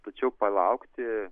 tačiau palaukti